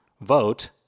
vote